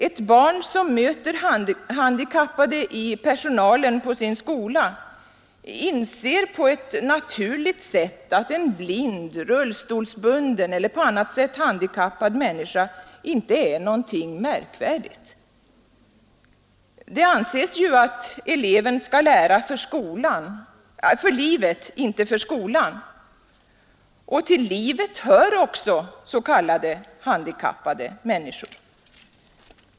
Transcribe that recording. Ett barn som möter handikappade i personalen på sin skola inser på ett naturligt sätt att en blind, rullstolsbunden eller på annat sätt handikappad människa inte är någonting märkvärdigt. Det anses ju att eleven skall lära för livet och inte för skolan. Och till livet hör också s.k. handikappade människor.